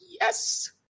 yes